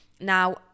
Now